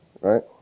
right